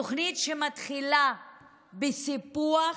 תוכנית שמתחילה בסיפוח,